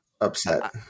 upset